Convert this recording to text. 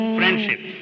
friendship